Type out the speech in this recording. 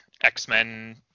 X-Men